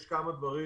יש כמה דברים,